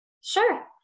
Sure